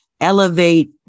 elevate